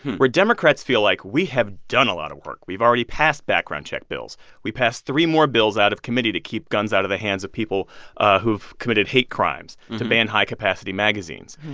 where democrats feel like, we have done a lot of work we've already passed background check bills we passed three more bills out of committee to keep guns out of the hands of people who have committed hate crimes to ban high-capacity magazines.